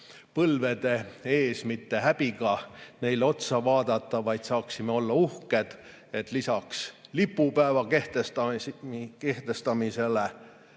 põlvedele ilma häbita otsa vaadata, saaksime olla uhked, et lisaks lipupäeva kehtestamisele